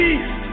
East